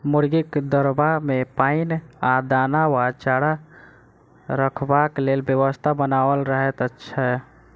मुर्गीक दरबा मे पाइन आ दाना वा चारा रखबाक लेल व्यवस्था बनाओल रहैत छै